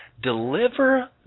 Deliver